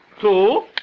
two